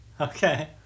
Okay